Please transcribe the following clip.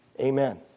Amen